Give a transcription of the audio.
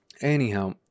Anyhow